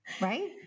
Right